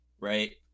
right